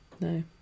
no